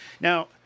Now